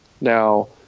Now